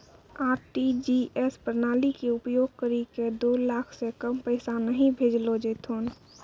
RTGS प्रणाली के उपयोग करि के दो लाख से कम पैसा नहि भेजलो जेथौन